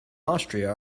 austria